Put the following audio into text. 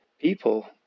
people